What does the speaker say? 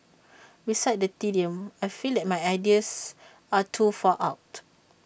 besides the tedium I feel that my ideas are too far out